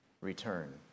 return